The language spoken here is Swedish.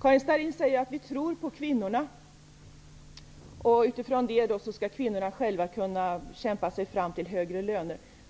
Karin Starrin säger att vi tror på kvinnorna -- och utifrån det skall kvinnorna själva kämpa sig fram till högre löner.